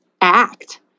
act